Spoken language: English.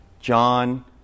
John